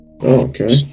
Okay